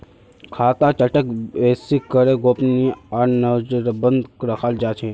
खाता चार्टक बेसि करे गोपनीय आर नजरबन्द रखाल जा छे